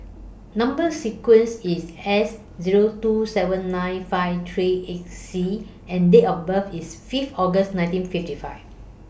Number sequence IS S Zero two seven nine five three eight C and Date of birth IS five August nineteen fifty five